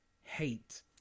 hate